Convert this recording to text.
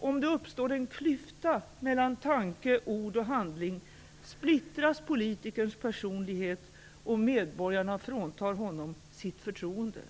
Om det uppstår en klyfta mellan tanke, ord och handling splittras politikerns personlighet, och medborgarna fråntar honom sitt förtroende."